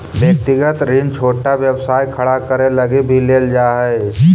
व्यक्तिगत ऋण छोटा व्यवसाय खड़ा करे लगी भी लेल जा हई